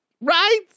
Right